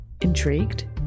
Intrigued